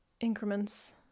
increments